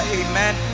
amen